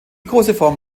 koseform